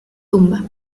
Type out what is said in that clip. tumba